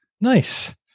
nice